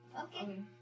Okay